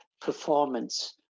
performance